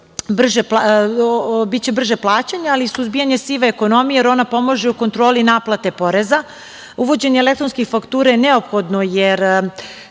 biti brže plaćanje, ali i suzbijanje sive ekonomije, jer ona pomaže u kontroli naplate poreza. Uvođenje elektronskih faktura je neophodno jer